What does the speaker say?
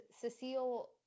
Cecile